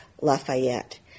Lafayette